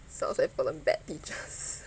sounds like following bad teachers